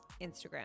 Instagram